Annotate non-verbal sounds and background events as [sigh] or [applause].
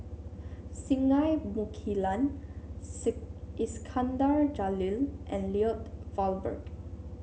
Singai Mukilan [unintelligible] Iskandar Jalil and Lloyd Valberg